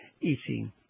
eating